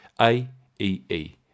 A-E-E